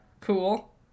Cool